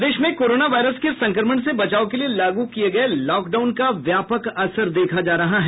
प्रदेश में corona virus के संक्रमण से बचाव के लिये लागू किये गये लॉकडाउन का व्यापक असर देखा जा रहा है